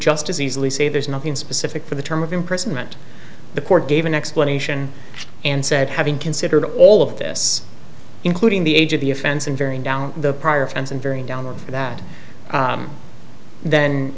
just as easily say there's nothing specific for the term of imprisonment the court gave an explanation and said having considered all of this including the age of the offense in varying down the prior offense and during down or for that then